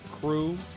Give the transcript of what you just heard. crew